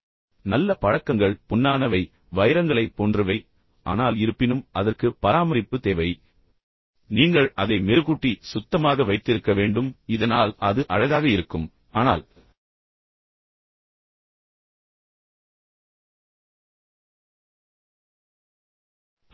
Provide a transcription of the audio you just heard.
தாமிரம் அல்லது எதையும் கூட சொல்லலாம் நீங்கள் அதை மெருகூட்ட வேண்டும் நீங்கள் அதை பராமரிக்க வேண்டும் நல்ல பழக்கங்கள் அவை உண்மையில் பொன்னானவை அவை உண்மையில் வைரங்களைப் போன்றவை ஆனால் இருப்பினும் அதற்கு பராமரிப்பு தேவை நீங்கள் அதை மெருகூட்டி சுத்தமாக வைத்திருக்க வேண்டும் இதனால் அது அழகாக இருக்கும் ஆனால்